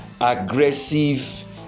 aggressive